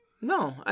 No